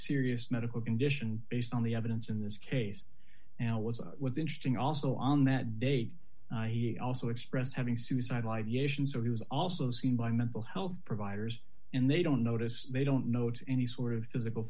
serious medical condition based on the evidence in this case now was was interesting also on that date he also expressed having suicide live you know he was also seen by mental health providers and they don't notice they don't note any sort of physical